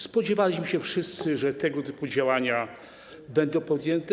Spodziewaliśmy się wszyscy, że tego typu działania będą podjęte.